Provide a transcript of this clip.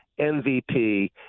MVP